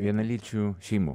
vienalyčių šeimų